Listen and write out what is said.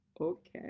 Okay